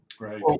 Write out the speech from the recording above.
Right